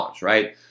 right